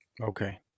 Okay